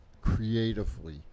creatively